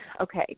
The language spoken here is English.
okay